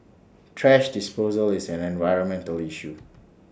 thrash disposal is an environmental issue